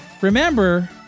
remember